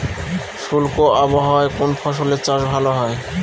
শুষ্ক আবহাওয়ায় কোন ফসলের চাষ ভালো হয়?